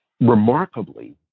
remarkably